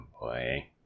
boy